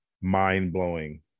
mind-blowing